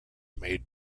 made